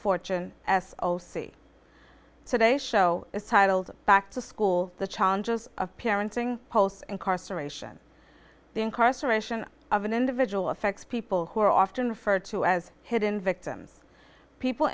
fortune s o c today show is titled back to school the challenges of parenting posts and carcer ration the incarceration of an individual effects people who are often referred to as hidden victims people